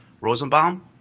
Rosenbaum